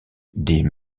des